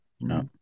no